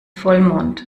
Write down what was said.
vollmond